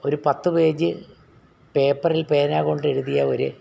ഒരു പത്ത് പേജ് പേപ്പറിൽ പേന കൊണ്ട് എഴുതിയ ഒരു